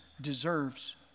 deserves